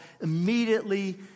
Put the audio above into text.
immediately